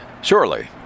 surely